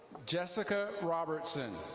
jessica robertson.